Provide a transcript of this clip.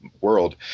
world